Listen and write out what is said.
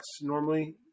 normally